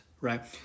right